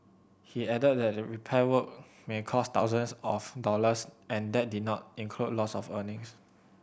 he added that repair work may cost thousands of dollars and that did not include loss of earnings